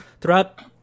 throughout